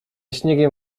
śniegiem